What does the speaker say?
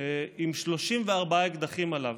עם 34 אקדחים עליו.